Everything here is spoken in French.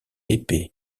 épée